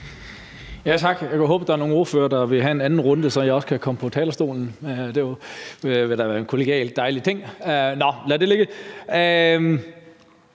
Tak. Jeg håber, at der er nogle ordførere, der vil have en anden runde, så jeg også kan komme på talerstolen. Det ville da være en kollegial dejlig ting. Nå, lad det ligge.